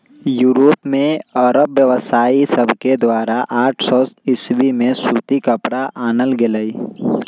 Europe में अरब व्यापारिय सभके द्वारा आठ सौ ईसवी में सूती कपरा आनल गेलइ